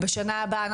בשנה הבאה,